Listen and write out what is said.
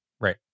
right